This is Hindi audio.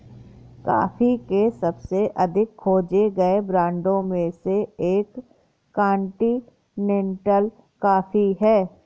कॉफ़ी के सबसे अधिक खोजे गए ब्रांडों में से एक कॉन्टिनेंटल कॉफ़ी है